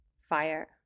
fire